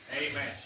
Amen